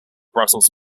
brussels